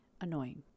annoying